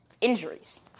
Injuries